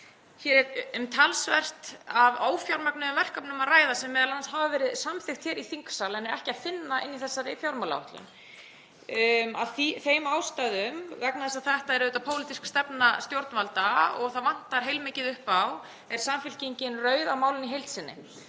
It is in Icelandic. Hér er um talsvert af ófjármögnuðum verkefnum að ræða sem m.a. hafa verið samþykkt hér í þingsal en er ekki að finna í þessari fjármálaáætlun. Af þeim ástæðum, vegna þess að þetta er auðvitað pólitísk stefna stjórnvalda og það vantar heilmikið upp á, er Samfylkingin rauð á málinu í heild sinni.